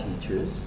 teachers